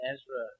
Ezra